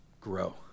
grow